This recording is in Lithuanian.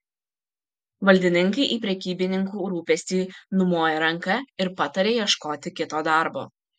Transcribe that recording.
valdininkai į prekybininkų rūpestį numoja ranka ir pataria ieškoti kito darbo